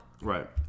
Right